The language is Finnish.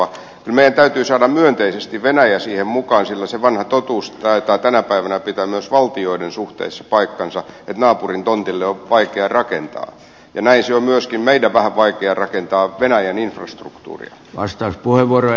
kyllä meidän täytyy saada myönteisesti venäjä siihen mukaan sillä se vanha totuus taitaa tänä päivänä pitää myös valtioiden suhteissa paikkansa että naapurin tontille on vaikea rakentaa ja näin se on myöskin meidän vähän vaikea rakentaa venäjän infrastruktuuria